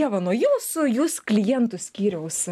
ieva nuo jūsų jūs klientų skyriaus